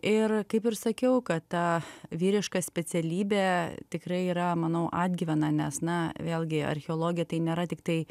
ir kaip ir sakiau kad ta vyriška specialybė tikrai yra manau atgyvena nes na vėlgi archeologija tai nėra tiktai